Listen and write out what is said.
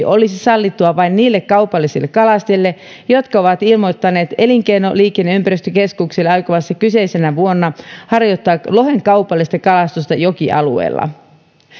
olisi sallittu vain niille kaupallisille kalastajille jotka ovat ilmoittaneet elinkeino liikenne ja ympäristökeskukselle aikovansa kyseisenä vuonna harjoittaa lohen kaupallista kalastusta jokialueella